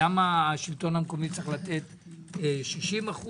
למה השלטון המקומי צריך לתת 60%,